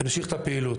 והם ימשיכו את הפעילות.